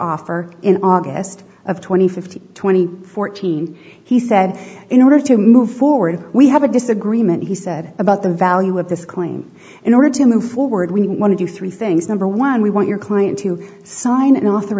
offer in august of two thousand and fifteen twenty fourteen he said in order to move forward we have a disagreement he said about the value of this claim in order to move forward we want to do three things number one we want your client to sign an author